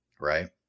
right